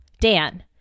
Dan